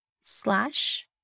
slash